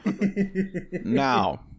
Now